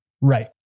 Right